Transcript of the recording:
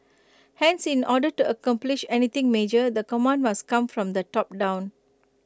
hence in order to accomplish anything major the command must come from the top down